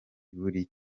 buri